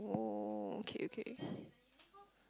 oh okay okay